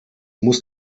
muss